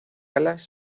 alas